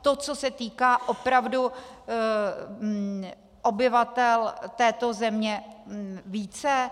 To, co se týká opravdu obyvatel této země více?